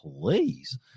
please